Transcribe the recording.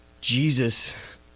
Jesus